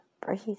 breathe